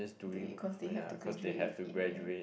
do it cause they have to graduate with it right